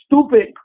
stupid